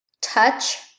Touch